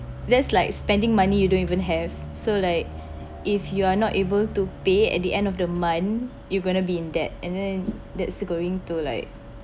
that's like spending money you don't even have so like if you are not able to pay at the end of the month you're going to be in debt and then that's going to like